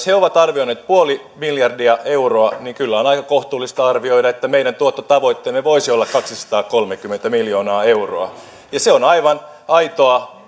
he ovat arvioineet puoli miljardia euroa niin kyllä on aika kohtuullista arvioida että meidän tuottotavoitteemme voisi olla kaksisataakolmekymmentä miljoonaa euroa ja se on aivan aitoa